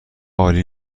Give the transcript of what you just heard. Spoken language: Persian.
عالی